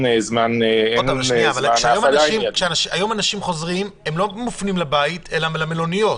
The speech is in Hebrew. אבל היום כשאנשים חוזרים הם לא מופנים לבית שלהם אלא למלוניות.